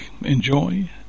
enjoy